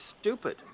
stupid